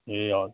ए हजुर